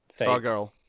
Stargirl